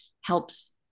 helps